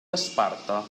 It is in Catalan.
esparta